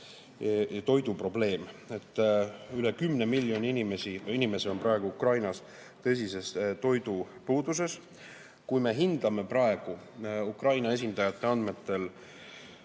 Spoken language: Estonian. toidu probleem. Üle kümne miljoni inimese on praegu Ukrainas tõsises toidupuuduses. Kui me hindame praegu Ukraina esindajate andmetel